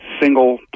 single